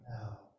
now